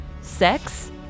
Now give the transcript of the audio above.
sex